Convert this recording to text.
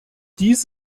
dies